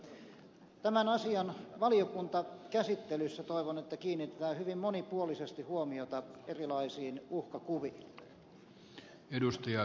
toivon että tämän asian valiokuntakäsittelyssä kiinnitetään hyvin monipuolisesti huomiota erilaisiin uhkakuviin